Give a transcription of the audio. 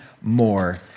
more